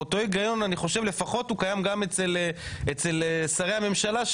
אותו הגיון אני חושב לפחות הוא קיים גם אצל שרי הממשלה,